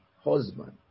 husband